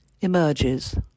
emerges